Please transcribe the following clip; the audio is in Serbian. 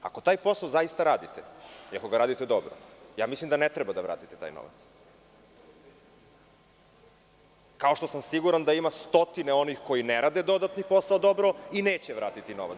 Ako taj posao zaista radite i ako ga radite dobro, ja mislim da ne treba da vratite taj novac, kao što sam siguran da ima stotine onih koji ne rade dodatni posao dobro i neće vratiti novac.